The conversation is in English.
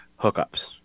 hookups